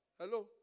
Hello